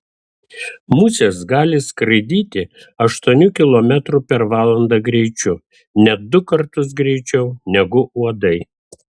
musės gali skraidyti aštuonių kilometrų per valandą greičiu net du kartus greičiau negu uodai